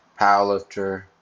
powerlifter